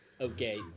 Okay